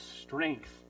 strength